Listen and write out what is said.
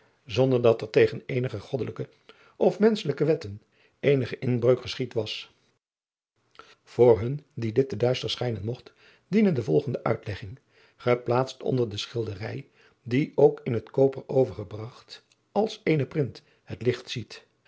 zonder dat er tegen oddelijke of menschelijke wetten eenige inbreuk geschied was oor hun die dit te duister schijnen mogt diene de volgende uitlegging geplaatst onder de schilderij die ook in het koper overgebragt als eene print het licht ziet